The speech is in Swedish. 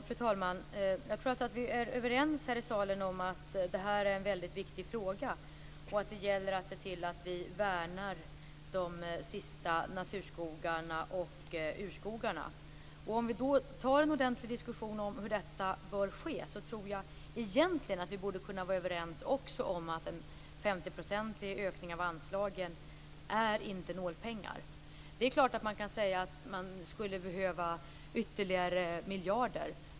Fru talman! Jag tror att vi är överens här i salen om att det här är en viktig fråga. Det gäller att se till att vi värnar de sista naturskogarna och urskogarna. Om vi tar en ordentlig diskussion om hur detta bör ske tror jag att vi egentligen även borde kunna vara överens om att en ökning av anslagen med 50 % inte är nålpengar. Det är klart att man kan säga att vi skulle behöva ytterligare miljarder.